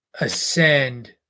ascend